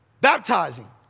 baptizing